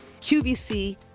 QVC